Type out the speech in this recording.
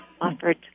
offered